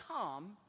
come